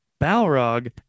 Balrog